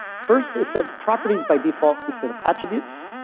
first, it sets properties by default instead of attributes.